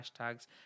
hashtags